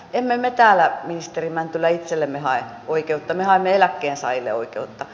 emme me täällä ministeri mäntylä itsellemme hae oikeutta me haemme eläkkeensaajille oikeutta